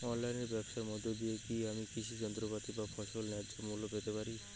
অনলাইনে ব্যাবসার মধ্য দিয়ে কী আমি কৃষি যন্ত্রপাতি বা ফসলের ন্যায্য মূল্য পেতে পারি?